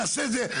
נעשה את זה,